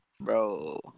bro